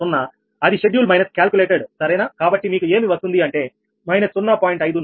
0 అది schedule minus calculated సరేనా కాబట్టి మీకు ఏమి వస్తుంది అంటే −0